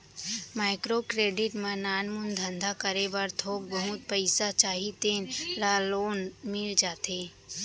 micro credit म नानमुन धंधा करे बर थोक बहुत पइसा चाही तेन ल लोन मिल जाथे